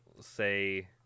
say